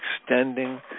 extending